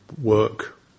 work